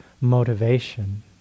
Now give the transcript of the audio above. motivation